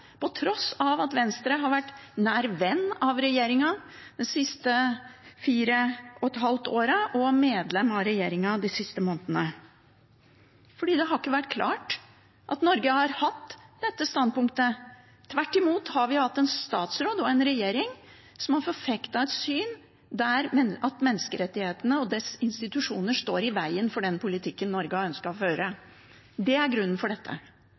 på tross av at Venstre har vært nær venn av regjeringen de siste fire og et halvt årene og medlem av regjeringen de siste månedene. For det har ikke vært klart at Norge har hatt dette standpunktet. Tvert imot har vi hatt en statsråd og en regjering som har forfektet et syn, at menneskerettighetene og dets institusjoner står i veien for den politikken Norge har ønsket å føre. Det er grunnen til dette.